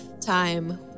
time